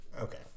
okay